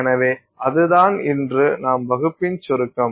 எனவே அதுதான் இன்று நம் வகுப்பின் சுருக்கம்